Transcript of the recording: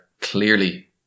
clearly